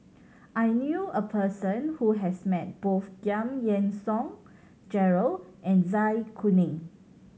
I knew a person who has met both Giam Yean Song Gerald and Zai Kuning